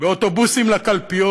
באוטובוסים לקלפיות,